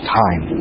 time